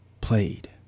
played